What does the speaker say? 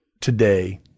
Today